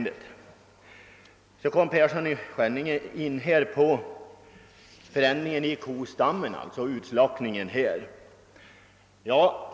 Herr Persson i Skänninge berörde också utslaktningen av kor.